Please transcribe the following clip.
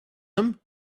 them